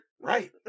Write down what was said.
Right